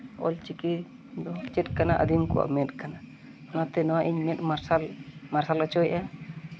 ᱚᱞ ᱪᱤᱠᱤ ᱫᱚ ᱪᱮᱫ ᱠᱟᱱᱟ ᱟᱹᱫᱤᱢ ᱠᱚᱣᱟᱜ ᱢᱮᱫ ᱠᱟᱱᱟ ᱚᱱᱟᱛᱮ ᱱᱚᱣᱟ ᱤᱧ ᱢᱮᱫ ᱢᱟᱨᱥᱟᱞ ᱢᱟᱨᱥᱟᱞ ᱦᱚᱪᱚᱭᱮᱫᱼᱟ